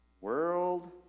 World